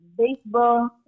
Baseball